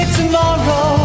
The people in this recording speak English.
tomorrow